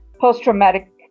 post-traumatic